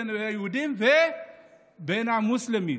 בין היהודים ובין המוסלמים,